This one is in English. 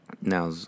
now